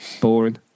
boring